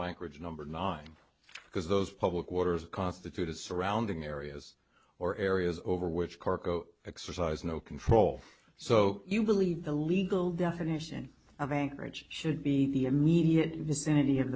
anchorage number nine because those public waters constitute a surrounding areas or areas over which cargo exercise no control so you believe the legal definition of anchorage should be the immediate vicinity of